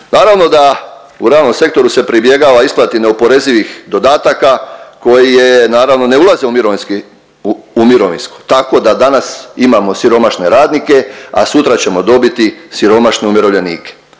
Naravno da u realnom sektoru se pribjegava isplati neoporezivih dodataka koji je naravno ne ulaze u mirovinski u mirovinsko tako da danas imamo siromašne radnike, a sutra ćemo dobiti siromašne umirovljenike.